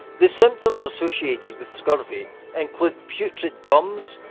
the symptoms associated with scurvy include putrid gums,